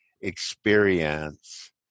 experience